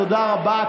תודה רבה.